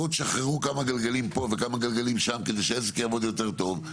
בואו תשחררו כמה גלגלים פה וכמה גלגלים שם כדי שהעסק יעבור יותר טוב,